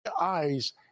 eyes